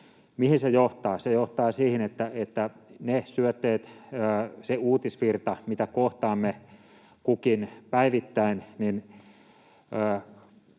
Mihin se johtaa? Se johtaa siihen, että ne syötteet, se uutisvirta, mitä kohtaamme kukin päivittäin,